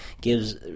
gives